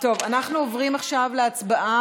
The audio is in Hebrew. טוב, אנחנו עוברים עכשיו להצבעה